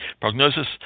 Prognosis